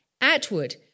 Atwood